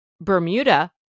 Bermuda